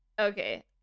Okay